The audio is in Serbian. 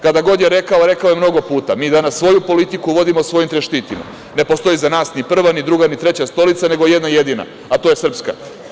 Kada god je rekao, a rekao je mnogo puta – mi danas svoju politiku vodimo, svoj interes štitimo, ne postoji za nas ni prva, ni druga, ni treća stolica, nego jedna jedina, a to je srpska.